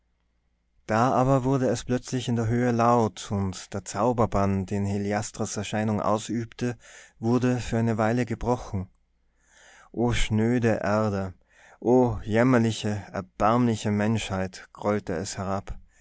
da aber plötzlich wurde es in der höhe laut und der zauberbann den heliastras erscheinung ausübte wurde für eine weile gebrochen o schnöde erde o jämmerliche erbärmliche menschheit grollte es herab